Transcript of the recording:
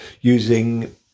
using